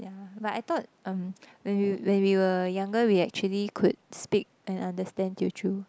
ya but I thought um when we when we were younger we actually could speak and understand Teochew